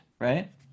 right